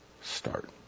start